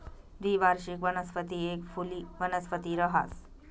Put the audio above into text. द्विवार्षिक वनस्पती एक फुली वनस्पती रहास